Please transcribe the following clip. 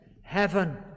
heaven